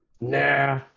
Nah